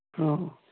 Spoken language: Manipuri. ꯑꯧ